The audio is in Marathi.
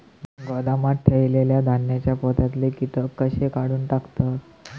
गोदामात ठेयलेल्या धान्यांच्या पोत्यातले कीटक कशे काढून टाकतत?